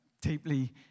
deeply